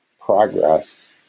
progress